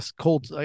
cold